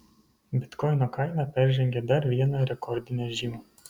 bitkoino kaina peržengė dar vieną rekordinę žymą